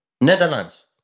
Netherlands